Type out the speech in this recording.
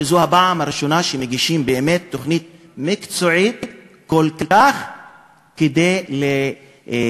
שזאת הפעם הראשונה שמגישים באמת תוכנית מקצועית כל כך כדי לעשות